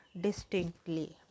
distinctly